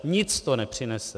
Nic to nepřinese.